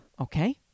okay